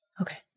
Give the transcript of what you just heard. Okay